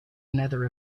another